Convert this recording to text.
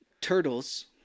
turtles